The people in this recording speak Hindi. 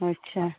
अच्छा